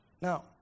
Now